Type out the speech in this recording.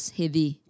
heavy